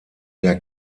der